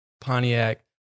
Pontiac